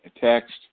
text